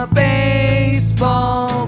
baseball